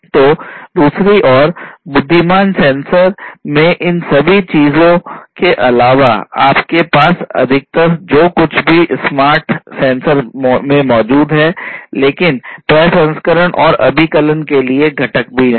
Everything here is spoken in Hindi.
तो दूसरी ओर बुद्धिमान सेंसर में इन सभी चीजों के अलावा आपके पास है अधिकतर जो कुछ भी स्मार्ट सेंसर में मौजूद है लेकिन प्रसंस्करण और अभिकलन के लिए एक घटक भी है